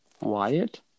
Wyatt